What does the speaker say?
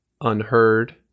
unheard